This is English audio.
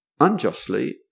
unjustly